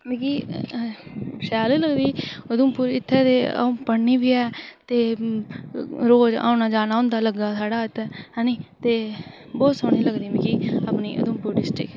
ते मिगी शैल लगदी उधमपुर ते इत्थें ते अं'ऊ पढ़नी बी ऐ ते रोज़ औना जाना लग्गे दा होंद साढ़ा इत्थें ऐ नी ते बहुत सोह्नी लगदी मिगी अपनी उधमपुर डिस्ट्रिक्ट